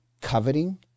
coveting